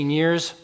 years